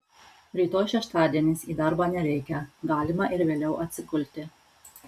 rytoj šeštadienis į darbą nereikia galima ir vėliau atsigulti